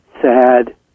sad